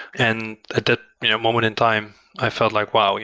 and at that moment in time, i felt like, wow,